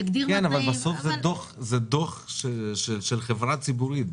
יגדיר --- אבל בסוף זה דוח של חברה ציבורית.